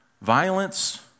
violence